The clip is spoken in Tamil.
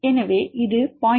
எனவே இது 0